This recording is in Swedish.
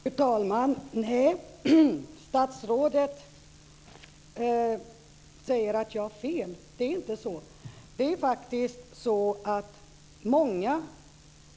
Fru talman! Statsrådet säger att jag har fel. Det är inte så.